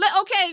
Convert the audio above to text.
okay